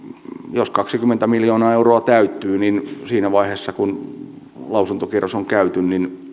jos kaksikymmentä miljoonaa euroa täyttyy niin siinä vaiheessa kun lausuntokierros on käyty